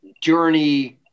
journey